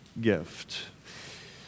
gift